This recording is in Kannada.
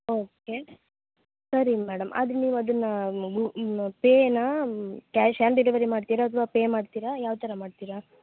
ಓಕೆ ಸರಿ ಮೇಡಮ್ ಆದರೆ ನೀವು ಅದನ್ನು ಪೇನಾ ಕ್ಯಾಶ್ ಆನ್ ಡಿಲೆವರಿ ಮಾಡ್ತಿರ ಅಥ್ವ ಪೇ ಮಾಡ್ತಿರ ಯಾವ ಥರ ಮಾಡ್ತಿರ